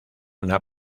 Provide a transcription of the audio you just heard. una